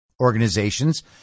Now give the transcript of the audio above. organizations